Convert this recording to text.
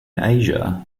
asia